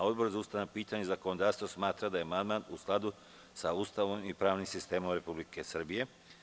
Odbor za ustavna pitanja i zakonodavstvo smatra da je amandman u skladu sa Ustavom i pravnim sistemom Republike Srbije.